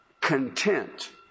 content